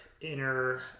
inner